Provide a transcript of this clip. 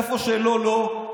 איפה שלא, לא.